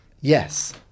Yes